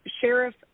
Sheriff